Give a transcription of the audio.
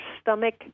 stomach